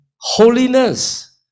holiness